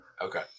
Okay